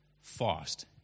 fast